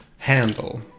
handle